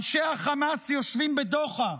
אנשי החמאס יושבים בדוחה,